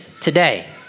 today